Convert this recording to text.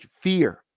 fear